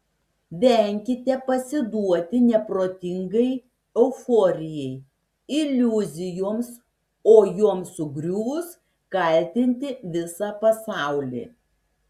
venkite pasiduoti neprotingai euforijai iliuzijoms o joms sugriuvus kaltinti visą pasaulį